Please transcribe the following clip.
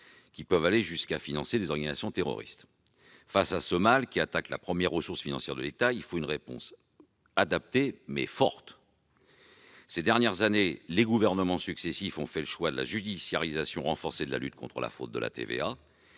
criminels, jusqu'au financement d'organisations terroristes. À ce mal qui s'attaque à la première ressource financière de l'État, il faut une réponse adaptée et forte. Ces dernières années, les gouvernements successifs ont fait le choix de la judiciarisation renforcée de la lutte contre la fraude à la TVA.